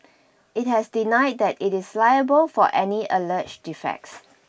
it has denied that it is liable for any alleged defects